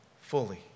fully